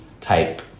type